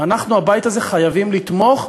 אנחנו בבית הזה חייבים לתמוך,